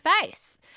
face